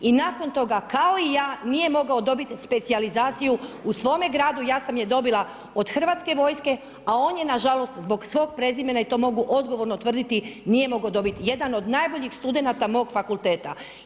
I nakon toga kao i ja nije mogao dobiti specijalizaciju u svome gradu, ja sam je dobila od Hrvatske vojske, a on ju nažalost zbog svog prezimena, i to mogu odgovorno tvrditi, nije mogao dobiti, jedan od najboljih studenata mog fakulteta.